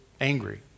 angry